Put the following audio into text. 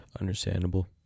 Understandable